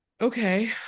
Okay